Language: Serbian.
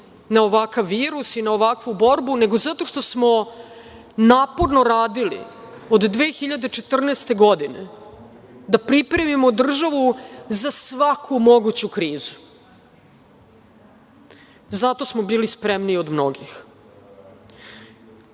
na ovakav virus i na ovakvu borbu, nego zato što smo naporno radili od 2014. godine da pripremimo državu za svaku moguću krizu. Zato smo bili spremniji od mnogih. Hvala